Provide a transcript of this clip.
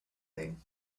thing